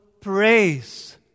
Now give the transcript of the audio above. praise